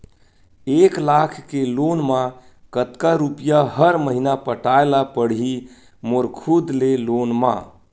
एक लाख के लोन मा कतका रुपिया हर महीना पटाय ला पढ़ही मोर खुद ले लोन मा?